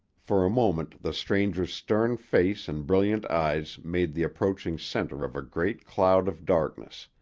for a moment the stranger's stern face and brilliant eyes made the approaching center of a great cloud of darkness,